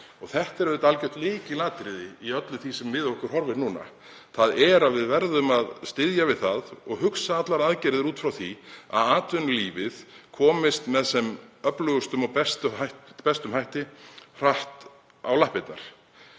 Það er auðvitað algjört lykilatriði í öllu því sem við okkur horfir núna. Við verðum að styðja við það og hugsa allar aðgerðir út frá því að atvinnulífið komist með sem öflugustum og bestum hætti hratt á lappirnar.